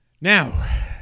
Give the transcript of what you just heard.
Now